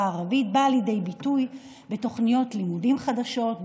הערבית באה לידי ביטוי בתוכניות לימודים חדשות,